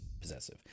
possessive